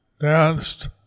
danced